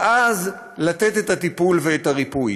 ואז לתת את הטיפול ואת הריפוי.